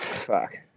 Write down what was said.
Fuck